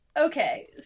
okay